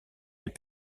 les